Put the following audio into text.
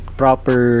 proper